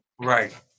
Right